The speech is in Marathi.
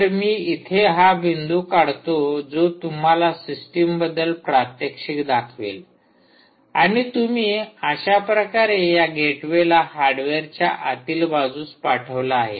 तर मी इथे हा बिंदू काढतो जो तुम्हाला सिस्टीमबद्दल प्रात्यक्षिक दाखवेल आणि तुम्ही अशा प्रकारे या गेटवेला हार्डवेअरच्या आतील बाजूस पाठवला आहे